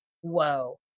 whoa